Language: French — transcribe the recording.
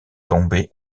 tombé